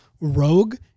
rogue